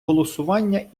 голосування